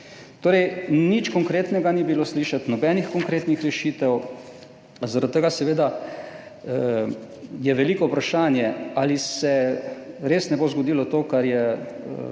Torej, nič konkretnega ni bilo slišati, nobenih konkretnih rešitev. Zaradi tega seveda je veliko vprašanje ali se res ne bo zgodilo to, kar je